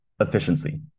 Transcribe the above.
efficiency